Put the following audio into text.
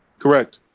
correct?